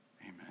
Amen